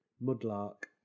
Mudlark